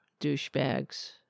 douchebags